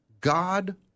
God